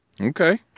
Okay